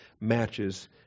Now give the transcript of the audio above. matches